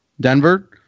Denver